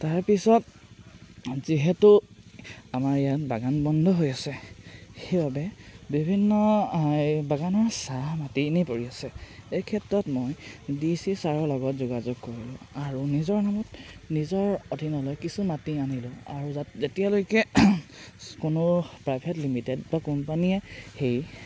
তাৰপিছত যিহেতু আমাৰ ইয়াত বাগান বন্ধ হৈ আছে সেইবাবে বিভিন্ন বাগানৰ চাহ মাতি এনেই পৰি আছে এই ক্ষেত্ৰত মই ডি চি ছাৰৰ লগত যোগাযোগ কৰিলোঁ আৰু নিজৰ নামত নিজৰ অধীনলৈ কিছু মাতি আনিলোঁ আৰু যা যেতিয়ালৈকে কোনো প্ৰাইভেট লিমিটেড বা কোম্পানীয়ে সেই